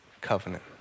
covenant